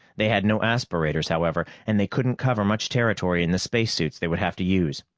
they had no aspirators, however, and they couldn't cover much territory in the spacesuits they would have to use.